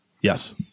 Yes